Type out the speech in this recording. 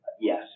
Yes